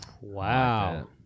wow